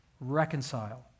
reconcile